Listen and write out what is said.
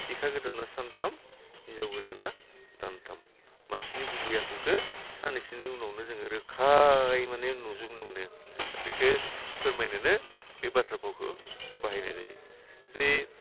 सिखा गोदाना सानथाम हिनजाव गोदाना दानथाम मानसिनि गुबै आखुखौ साननैसोनि उनावनो जोङो रोखायै माने नुजोबनो मोनो बेखौ फोरमायनोनो बे बाथ्रा फावखौ बाहायनाय जायो जे